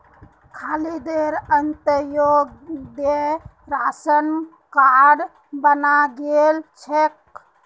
खालिदेर अंत्योदय ration card बने गेल छेक